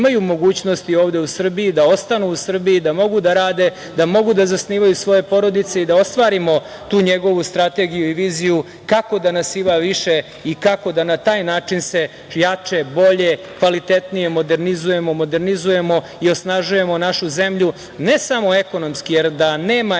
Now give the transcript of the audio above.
imaju mogućnosti ovde u Srbiji da ostanu u Srbiji, da mogu da rade, da mogu da zasnivaju svoje porodice i da ostvarimo tu njegovu strategiju i viziju kako da nas ima više i kako da se na taj način jače, bolje, kvalitetnije modernizujemo i osnažujemo našu zemlju, ne samo ekonomski, jer da nema ekonomije,